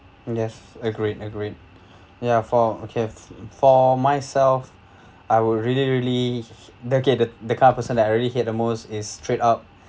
yes agreed agreed ya for okay fo~ for myself I would really really okay the the kind of person that I really hate the most is treat up